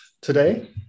today